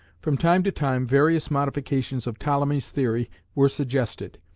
from time to time various modifications of ptolemy's theory were suggested,